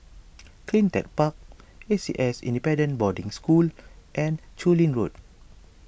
Clean Tech Park A C S Independent Boarding School and Chu Lin Road